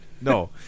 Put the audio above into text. No